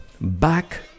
back